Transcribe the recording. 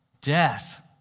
death